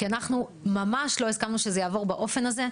כי אנחנו ממש לא הסכמנו שזה יעבור באופן הזה.